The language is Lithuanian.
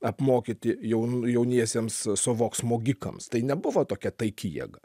apmokyti jaunu jauniesiems sovok smogikams tai nebuvo tokia taiki jėga